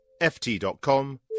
ft.com